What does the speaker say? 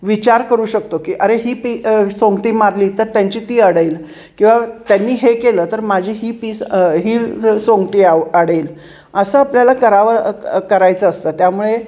विचार करू शकतो की अरे ही पी सोंगटी मारली तर त्यांची ती अडेल किंवा त्यांनी हे केलं तर माझी ही पीस ही सोंगटी आव अडेल असं आपल्याला करावं करायचं असतं त्यामुळे